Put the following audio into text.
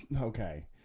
okay